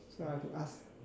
so I have to ask